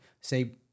say